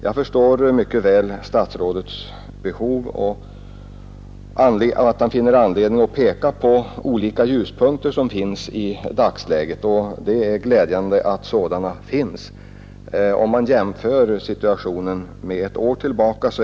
Jag förstår mycket väl statsrådet Holmqvists behov av att kunna peka på olika ljuspunkter i dagsläget, som ju är synnerligen mörkt om man jämför med förhållandena för ett år sedan.